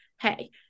hey